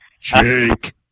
Jake